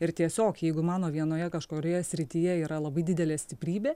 ir tiesiog jeigu mano vienoje kažkurioje srityje yra labai didelė stiprybė